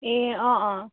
ए अँ अँ